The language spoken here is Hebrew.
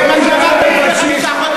במידה שתמשיך,